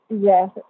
Yes